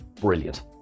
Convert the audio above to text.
brilliant